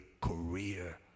career